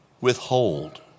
withhold